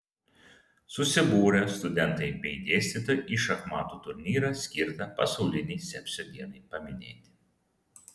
susibūrė studentai bei dėstytojai į šachmatų turnyrą skirtą pasaulinei sepsio dienai paminėti